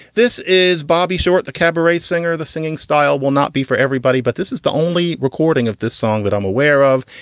this is bobby short, the cabaret singer. the singing style will not be for everybody, but this is the only recording of this song that i'm aware of.